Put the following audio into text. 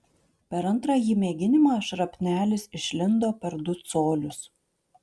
per antrąjį mėginimą šrapnelis išlindo per du colius